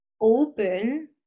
open